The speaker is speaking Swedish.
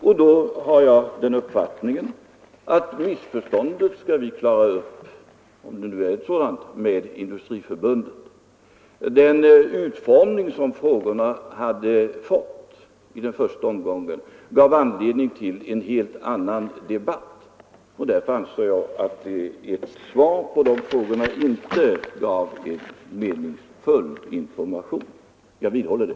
Och då har jag den uppfattningen att missförståndet — om det nu är ett sådant — skall vi klara upp med Industriförbundet. Den utformning som frågorna fått i den första omgången gav anledning till en helt annan debatt, och därför ansåg jag att ett svar på de frågorna inte gav en meningsfull information. Och jag vidhåller det.